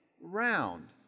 round